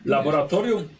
Laboratorium